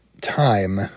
Time